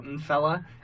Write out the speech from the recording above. fella